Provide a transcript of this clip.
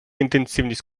інтенсивність